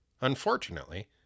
Unfortunately